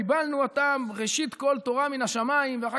קיבלנו אותם ראשית כול תורה מן השמיים ואחר